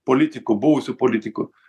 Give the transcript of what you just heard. politikų buvusių politikų